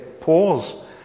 pause